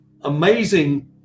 amazing